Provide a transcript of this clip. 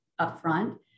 upfront